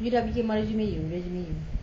you dah bikin resume resume you